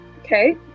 Okay